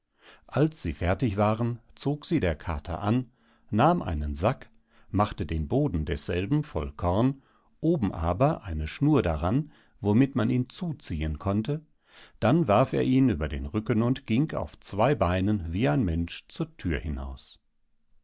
als sie fertig waren zog sie der kater an nahm einen sack machte den boden desselben voll korn oben aber eine schnur daran womit man ihn zuziehen konnte dann warf er ihn über den rücken und ging auf zwei beinen wie ein mensch zur thür hinaus